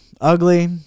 ugly